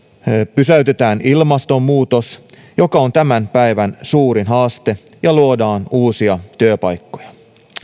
pysäytetään ilmastonmuutos joka on tämän päivän suuri haaste ja luodaan uusia työpaikkoja